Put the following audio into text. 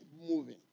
moving